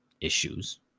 issues